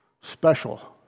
special